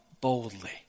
boldly